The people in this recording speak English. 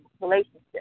relationship